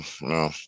no